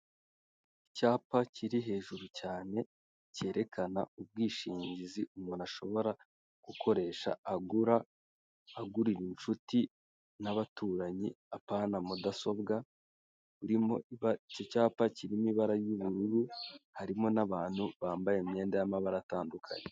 Icyapa kiri hejuru cyane cyerekana ubwishingizi umuntu ashobora gukoresha agura, agurira inshuti n'abaturanyi, apana mudasobwa irimo icyapa kirimo ibara y'ubururu harimo n'abantu bambaye imyenda y'amabara atandukanye.